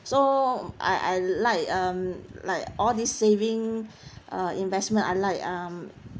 so I I like um like all these saving uh investment I like um